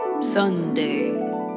Sunday